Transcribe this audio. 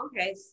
okay